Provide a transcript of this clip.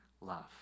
love